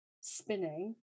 spinning